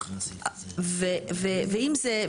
ואם זה,